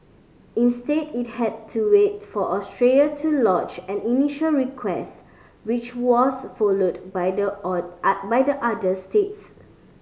instead it had to wait for Austria to lodge an initial request which was followed by the all by the other states